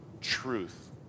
truth